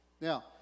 Now